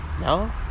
No